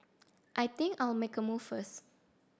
I think I'll make a move first